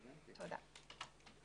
מה דעתך?